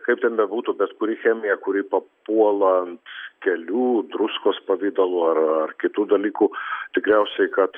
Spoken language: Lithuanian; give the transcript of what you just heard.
kaip ten bebūtų bet kuri chemija kuri papuola ant kelių druskos pavidalu ar ar kitų dalykų tikriausiai kad